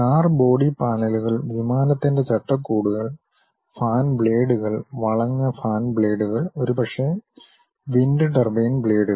car body പാനലുകൾ വിമാനത്തിൻ്റെ ചട്ടക്കൂടുകൾ ഫാൻ ബ്ലേഡുകൾ വളഞ്ഞ ഫാൻ ബ്ലേഡുകൾ ഒരുപക്ഷേ വിൻഡ് ടർബൈൻ ബ്ലേഡുകൾ